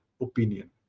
opinion